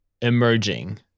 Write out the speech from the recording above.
emerging